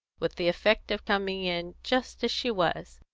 with the effect of coming in just as she was.